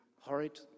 horrid